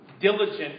diligent